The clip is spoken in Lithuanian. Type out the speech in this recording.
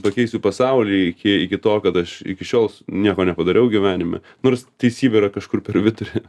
pakeisiu pasaulį iki iki to kad aš iki šiol nieko nepadariau gyvenime nors teisybė yra kažkur per vidurį